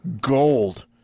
gold